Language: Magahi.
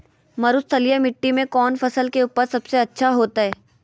मरुस्थलीय मिट्टी मैं कौन फसल के उपज सबसे अच्छा होतय?